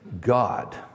God